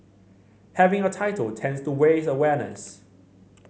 having a title tends to raise awareness